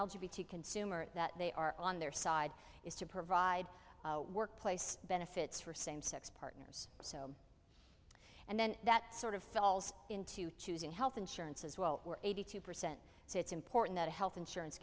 to consumers that they are on their side is to provide workplace benefits for same sex partners so and then that sort of falls into choosing health insurance as well eighty two percent so it's important that health insurance